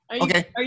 Okay